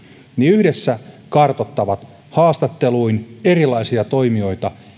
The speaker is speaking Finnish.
yhdessä kartoittavat haastatteluin erilaisia toimijoita